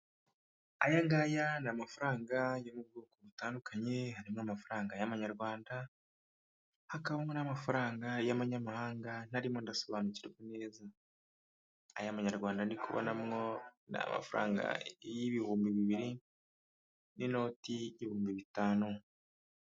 Aya ngaya ni amafaranga yo mu bwoko butandukanye, harimo amafaranga y'amanyarwanda, hakabamo n'amafaranga y'amanyamahanga ntarimo ndasobanukirwa neza, ay'amanyarwanda ndi kubonamo ni amafaranga y'ibihumbi bibiri n'inoti ibihumbi bitanu.